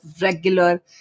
regular